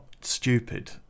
stupid